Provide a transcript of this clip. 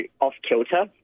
off-kilter